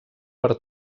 per